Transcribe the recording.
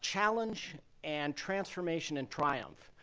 challenge and transformation and triumph.